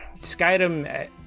Skyrim